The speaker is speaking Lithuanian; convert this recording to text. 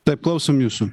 taip klausom jūsų